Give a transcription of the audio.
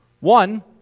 One